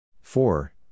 Four